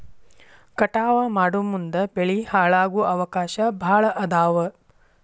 ಕಟಾವ ಮಾಡುಮುಂದ ಬೆಳಿ ಹಾಳಾಗು ಅವಕಾಶಾ ಭಾಳ ಅದಾವ